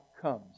comes